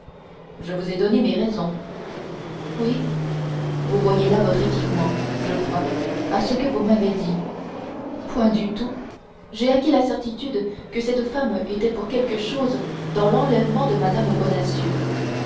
je vous ai donné mes raisons oui vous voyez là votre équipement je crois à ce que vous m'avez dit point du tout j'ai acquis la certitude que cette femme était pour quelque chose dans l'enlèvement de mme